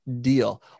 deal